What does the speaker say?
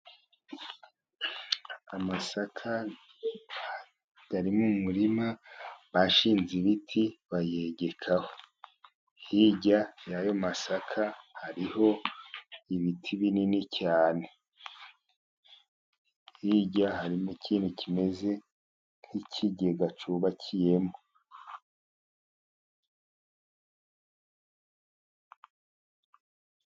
Amasaka ari mu muririma bashinze ibiti bayegekaho, hirya y'ayo masaka hariho ibiti binini cyane, hirya harimo ikindi kimeze nk'ikigega cyubakiyemo.